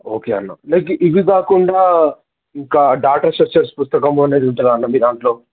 okay అన్న like ఇవి కాకుండా ఇంకా డాటా సెర్చెస్ పుస్తకం అనేది ఉంటదన్న మీ దాంట్లో